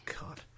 God